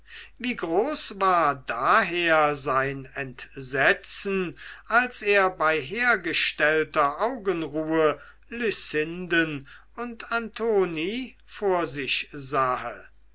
wie groß war daher sein entsetzen als er bei hergestellter augenruhe lucinden und antoni vor sich sahe